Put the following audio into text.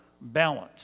balance